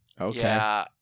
Okay